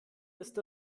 ist